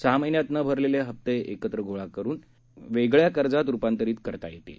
सहा महिन्यात न भरलेले हप्ते एकत्र करुन वेगळ्या कर्जात रुपांतरित करता येतील